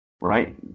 Right